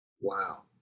Wow